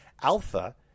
Alpha